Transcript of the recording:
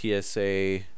TSA